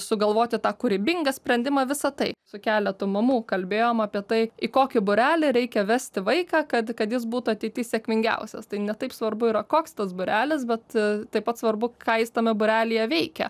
sugalvoti tą kūrybingą sprendimą visa tai su keletu mamų kalbėjom apie tai į kokį būrelį reikia vesti vaiką kad kad jis būtų ateity sėkmingiausias tai ne taip svarbu yra koks tas būrelis bet taip pat svarbu ką jis tame būrelyje veikia